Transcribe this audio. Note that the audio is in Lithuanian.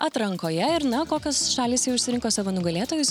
atrankoje ir na kokios šalys jau išsirinko savo nugalėtojus